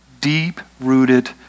deep-rooted